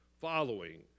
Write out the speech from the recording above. Following